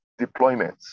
deployments